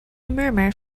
murmur